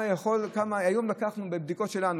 היום לקחנו בדיקות שלנו,